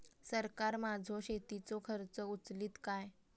सरकार माझो शेतीचो खर्च उचलीत काय?